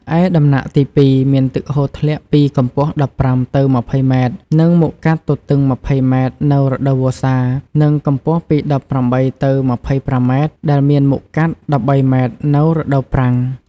ឯដំណាក់ទី២ មានទឹកហូរធ្លាក់ពីកម្ពស់ ១៥ ទៅ ២០ម៉ែត្រ និង មុខកាត់ទទឹង ២០ម៉ែត្រនៅរដូវវស្សា និងកម្ពស់ពី១៨ ទៅ ២៥ម៉ែត្រ ដែលមានមុខកាត់១៣ម៉ែត្រ នៅរដូវប្រាំង។